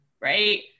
right